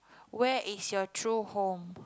where is your true home